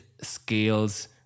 scales